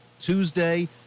Tuesday